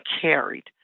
carried